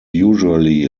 usually